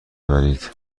ببرید